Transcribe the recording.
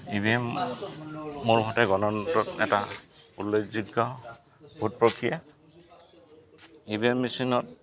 ই V M মোৰ মতে গণতন্ত্ৰত এটা উল্লেখযোগ্য ভোট প্ৰক্ৰিয়া ই ভি এম মেচিনত